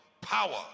power